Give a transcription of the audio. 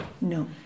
No